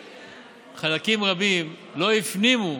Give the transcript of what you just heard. שחלקים רבים עדיין לא הפנימו